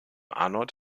arnold